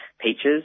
Peaches